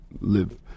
live